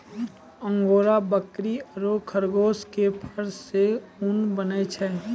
angora बकरी आरो खरगोश के फर सॅ ऊन बनै छै